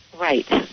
Right